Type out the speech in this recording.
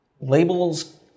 labels